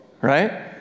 right